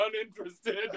uninterested